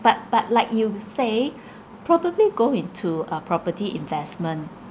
but but like you say probably go into a property investment